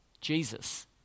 Jesus